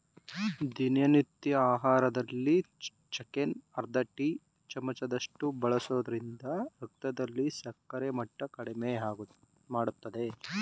ದಿನನಿತ್ಯ ಆಹಾರದಲ್ಲಿ ಚಕ್ಕೆನ ಅರ್ಧ ಟೀ ಚಮಚದಷ್ಟು ಬಳಸೋದ್ರಿಂದ ರಕ್ತದಲ್ಲಿ ಸಕ್ಕರೆ ಮಟ್ಟ ಕಡಿಮೆಮಾಡ್ತದೆ